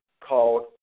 called